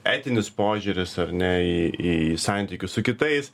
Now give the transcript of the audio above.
etinis požiūris ar ne į į santykius su kitais